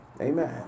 Amen